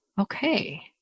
Okay